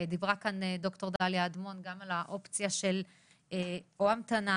דיברה כאן ד"ר דליה אדמון גם על האופציה של או המתנה,